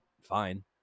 fine